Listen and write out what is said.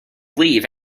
leave